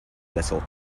little